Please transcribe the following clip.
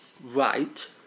right